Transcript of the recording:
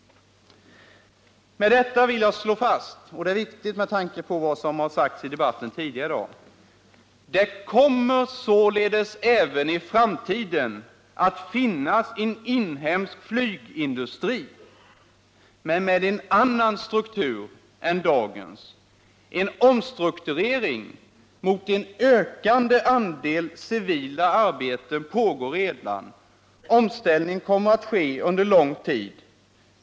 Med detta vill jag slå fast, och det är viktigt med tanke på vad som har sagts i debatten tidigare i dag: Det kommer således även i framtiden att finnas en inhemsk flygindustri, men med en annan struktur än dagens. En omstrukturering mot en ökande andel civila arbeten pågår redan. Omställningen kommer att ske under lång tid.